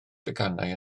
deganau